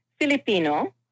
Filipino